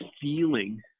feeling